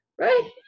right